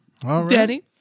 Daddy